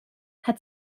had